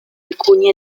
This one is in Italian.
alcuni